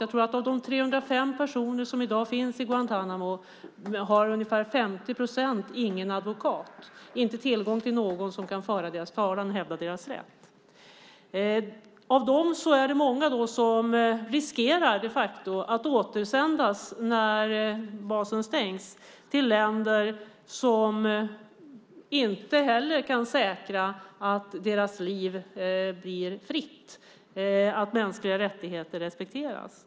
Jag tror att av de 305 personer som i dag finns i Guantánamo har ungefär 50 procent ingen advokat. De har inte tillgång till någon som kan föra deras talan och hävda deras rätt. Av dessa är det många som när basen stängs de facto riskerar att återsändas till länder som inte heller kan säkra att deras liv blir fritt och att mänskliga rättigheter respekteras.